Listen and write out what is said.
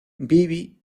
bibi